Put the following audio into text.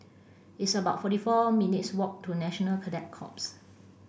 it's about forty four minutes' walk to National Cadet Corps